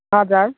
हजुर